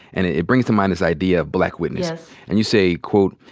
and it brings to mind this idea of black witness. and you say, quote,